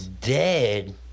dead